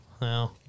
No